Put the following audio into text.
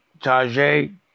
Tajay